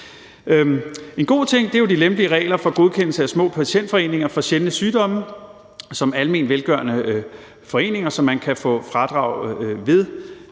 En god ting er jo de lempelige regler for godkendelse af små patientforeninger for sjældne sygdomme som almenvelgørende foreninger, så man kan få fradrag ved